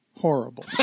horrible